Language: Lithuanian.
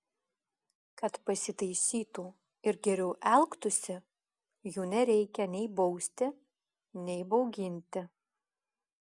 kad pasitaisytų ir geriau elgtųsi jų nereikia nei bausti nei bauginti